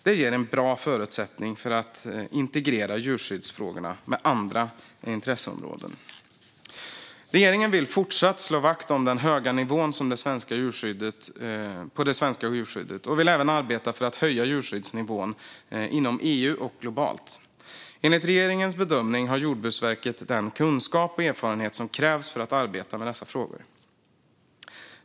Det ger bra förutsättningar för att integrera djurskyddsfrågor med andra intresseområden. Regeringen vill fortsatt slå vakt om den höga nivån på det svenska djurskyddet och vill även arbeta för att höja djurskyddsnivån inom EU och globalt. Enligt regeringens bedömning har Jordbruksverket den kunskap och erfarenhet som krävs för att arbeta med dessa frågor.